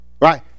right